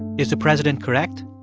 is the president correct?